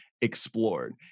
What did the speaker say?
explored